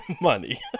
Money